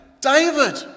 David